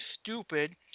stupid